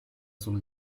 sul